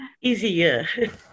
Easier